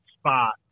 spot